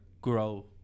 grow